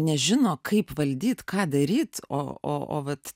nežino kaip valdyt ką daryt o o o vat